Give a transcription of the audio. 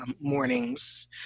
mornings